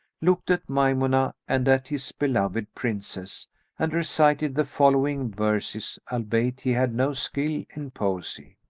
looked at maymunah and at his beloved princess and recited the following verses, albeit he had no skill in poesy,